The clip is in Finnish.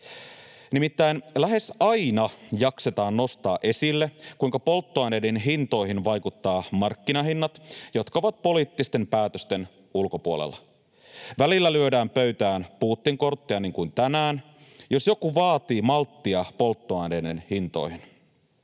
Nimittäin lähes aina jaksetaan nostaa esille, kuinka polttoaineiden hintoihin vaikuttavat markkinahinnat, jotka ovat poliittisten päätösten ulkopuolella. Välillä lyödään pöytään Putin-kortteja, niin kuin tänään, jos joku vaatii malttia polttoaineiden hintoihin.